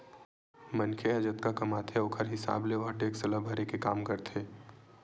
मनखे ह जतका कमाथे ओखर हिसाब ले ओहा टेक्स ल भरे के काम करथे